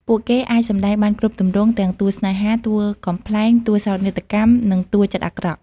ពួកគេអាចសម្តែងបានគ្រប់ទម្រង់ ទាំងតួស្នេហា តួកំប្លែង តួសោកនាដកម្ម និងតួចិត្តអាក្រក់។